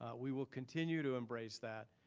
we will continue to embrace that.